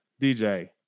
DJ